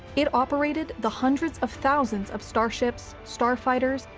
it operated the hundreds of thousands of starships, starfighters,